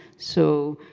so,